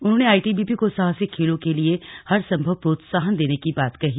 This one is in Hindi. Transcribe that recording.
उन्होंने आईटीबीपी को साहसिक खेलों के लिए हरसंभव प्रोत्साहन देने की बात कही